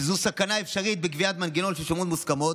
שזו סכנה אפשרית בקביעת מנגנון של שומות מוסכמות,